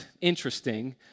interesting